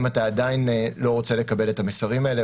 האם אתה עדיין לא רוצה לקבל את המסרים האלה?